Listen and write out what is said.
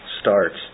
starts